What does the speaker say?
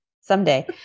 Someday